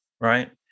Right